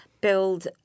build